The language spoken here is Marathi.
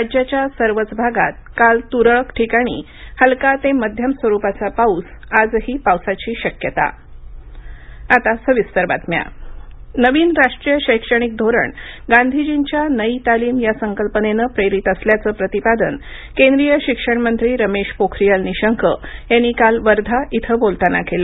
राज्याच्या सर्वच भागात काल त्रळक ठिकाणी हलका ते मध्यम स्वरुपाचा पाऊस आजही पावसाची शक्यता पोखरीयाल निशंक नवीन राष्ट्रीय शैक्षणिक धोरण गांधीजींच्या नई तालीम या संकल्पनेनं प्रेरित असल्याचं प्रतिपादन केंद्रीय शिक्षण मंत्री रमेश पोखरियाल निशंक यांनी काल वर्धा इथं बोलताना केलं